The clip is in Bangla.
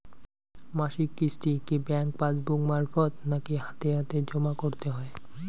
মাসিক কিস্তি কি ব্যাংক পাসবুক মারফত নাকি হাতে হাতেজম করতে হয়?